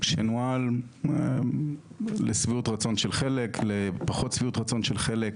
שנוהל לשביעות רצון של חלק לפחות שביעות רצון של חלק,